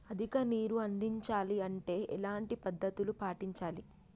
అధిక నీరు అందించాలి అంటే ఎలాంటి పద్ధతులు పాటించాలి?